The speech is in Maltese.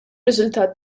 riżultat